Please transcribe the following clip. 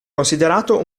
considerato